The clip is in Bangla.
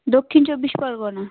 দক্ষিণ চব্বিশ পরগনা